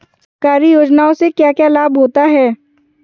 सरकारी योजनाओं से क्या क्या लाभ होता है?